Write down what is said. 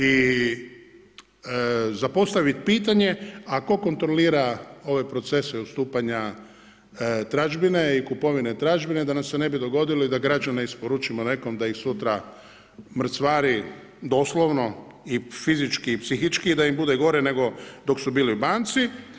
I za postavit pitanje a tko kontrolira ove procese ustupanja tražbine i kupovanja tražbine da nam se ne bi dogodilo i da građane isporučimo nekom da ih sutra mrcvari, doslovno, i fizički i psihički, da im bude gore nego dok su bili u banci.